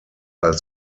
als